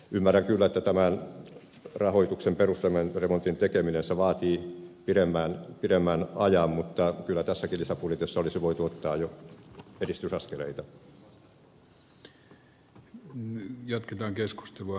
ymmärrän kyllä että tämän rahoituksen perusremontin tekeminen vaatii pidemmän ajan mutta kyllä tässäkin lisäbudjetissa olisi voitu ottaa jo edistysaskeleita